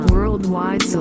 Worldwide